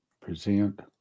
Present